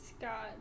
Scott